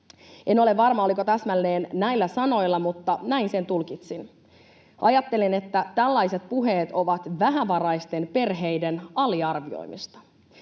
en ole varma, oliko täsmälleen näillä sanoilla, mutta näin sen tulkitsin. Ajattelin, että tällaiset puheet ovat vähävaraisten perheiden aliarvioimista.